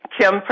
Kim